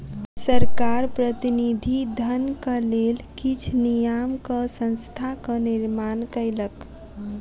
सरकार प्रतिनिधि धनक लेल किछ नियामक संस्थाक निर्माण कयलक